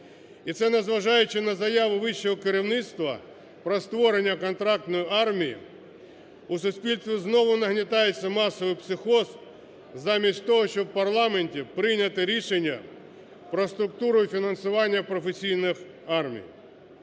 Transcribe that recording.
І це незважаючи на заяву вищого керівництва про створення контрактної армії, у суспільстві знову нагнітається масовий психоз, замість того, щоби у парламенті прийняти рішення про структуру і фінансування професійної армії.